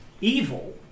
evil